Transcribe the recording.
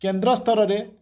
କେନ୍ଦ୍ର ସ୍ତରରେ